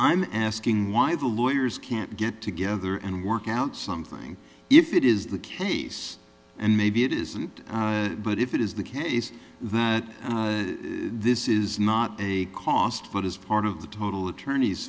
i'm asking why the lawyers can't get together and work out something if it is the case and maybe it isn't but if it is the case that this is not a cost it is part of the total attorneys